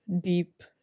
deep